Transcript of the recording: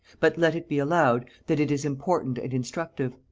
but let it be allowed that it is important and instructive.